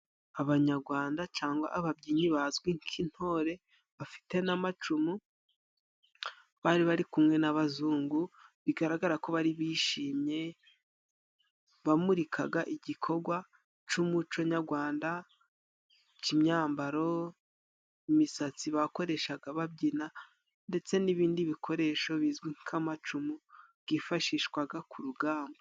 Abanyagwanda cangwa ababyinnyi bazwi nk'intore bafite n'amacumu, bari bari kumwe n'abazungu bigaragara ko bari bishimye, bamurikaga igikogwa c'umuco nyagwanda. Imyambaro, imisatsi bakoreshaga babyina ndetse n'ibindi bikoresho bizwi nk'amacumu gifashishwaga ku rugamba.